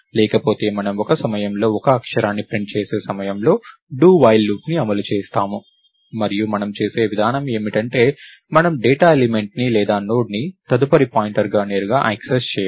లేకపోతే మనము ఒక సమయంలో ఒక అక్షరాన్ని ప్రింట్ చేసే సమయంలో do while లూప్ని అమలు చేస్తాము మరియు మనం చేసే విధానం ఏమిటంటే మనము డేటా ఎలిమెంట్ ని లేదా నోడ్ల తదుపరి పాయింటర్ను నేరుగా యాక్సెస్ చేయము